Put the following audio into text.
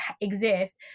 exist